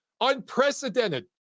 unprecedented